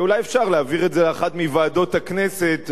אולי אפשר להעביר את זה לאחת מוועדות הכנסת,